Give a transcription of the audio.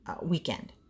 weekend